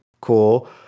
cool